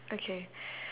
okay